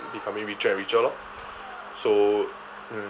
becoming richer and richer lor so um